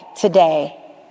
today